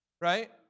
Right